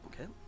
Okay